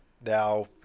now